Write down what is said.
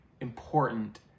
important